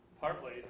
partly